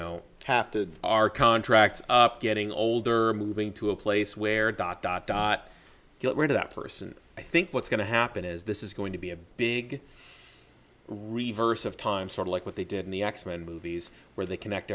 to our contract up getting older moving to a place where dot dot dot get rid of that person i think what's going to happen is this is going to be a big reverse of time sort of like what they did in the x men movies where they connect